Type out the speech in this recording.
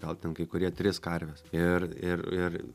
gal ten kai kurie tris karves ir ir ir